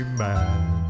mad